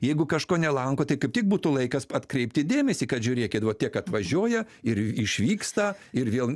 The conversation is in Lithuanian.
jeigu kažko nelankot kaip tik būtų laikas atkreipti dėmesį kad žiūrėkit va tiek atvažiuoja ir išvyksta ir vėl